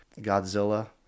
Godzilla